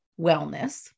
wellness